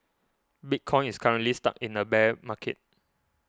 bitcoin is currently stuck in a bear market